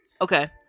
Okay